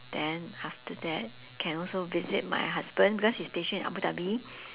then after that can also visit my husband because he's stationed in abu dhabi